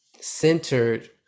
centered